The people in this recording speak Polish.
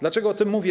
Dlaczego o tym mówię?